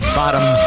bottom